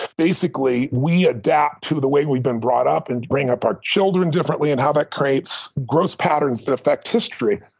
basically, we adapt to the way we've been brought up and bring up our children differently and how that creates gross patterns that effect history.